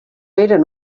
eren